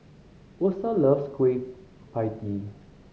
Osa loves Kueh Pie Tee